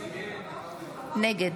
נגד